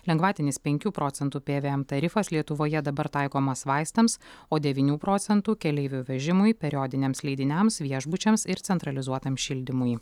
lengvatinis penkių procentų pvm tarifas lietuvoje dabar taikomas vaistams o devynių procentų keleivių vežimui periodiniams leidiniams viešbučiams ir centralizuotam šildymui